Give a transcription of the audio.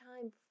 time